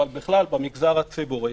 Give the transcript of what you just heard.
אבל בכלל במגזר הציבורי